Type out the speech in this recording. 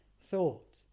thought